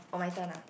oh my turn ah